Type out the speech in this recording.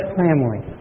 family